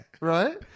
Right